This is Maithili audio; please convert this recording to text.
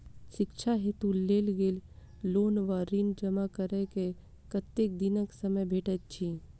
शिक्षा हेतु लेल गेल लोन वा ऋण जमा करै केँ कतेक दिनक समय भेटैत अछि?